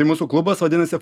mūsų klubas vadinasi